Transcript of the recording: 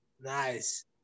Nice